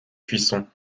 cuisson